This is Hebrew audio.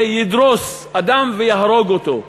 וידרוס אדם ויהרוג אותו,